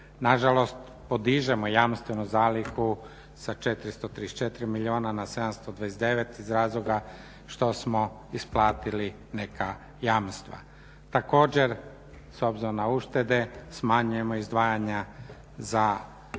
Nažalost podižemo jamstvenu zalihu sa 434 milijuna na 729 iz razloga što smo isplatili neka jamstva. Također s obzirom na uštede smanjujemo izdvajanja za